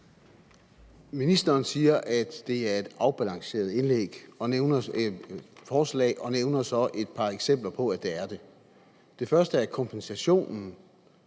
Ministeren siger, at det er et afbalanceret forslag, og nævner så et par eksempler på, at det er det. Det første eksempel er kompensationen,